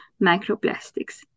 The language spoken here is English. microplastics